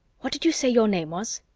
what did you say your name was?